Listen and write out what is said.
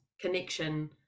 connection